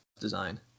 design